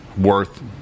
worth –